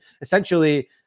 Essentially